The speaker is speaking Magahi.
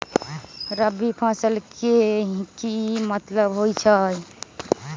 रबी फसल के की मतलब होई छई?